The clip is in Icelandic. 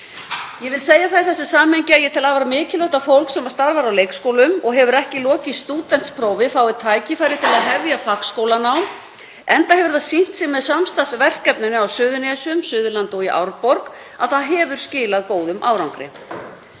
Ég vil segja það í þessu samhengi að ég tel afar mikilvægt að fólk sem starfar á leikskólum og hefur ekki lokið stúdentsprófi fái tækifæri til að hefja fagskólanám, enda hefur það sýnt sig með samstarfsverkefnum á Suðurnesjum, Suðurlandi og í Árborg að það hefur skilað góðum árangri.